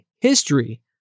history